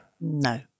No